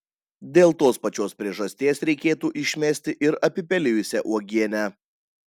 dėl tos pačios priežasties reikėtų išmesti ir apipelijusią uogienę